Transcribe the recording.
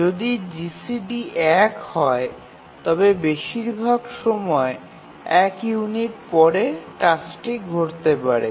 যদি জিসিডি এক হয় তবে বেশিরভাগ সময় এক ইউনিটের পরে টাস্কটি ঘটতে পারে